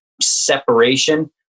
separation